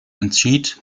entschied